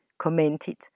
commented